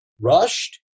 rushed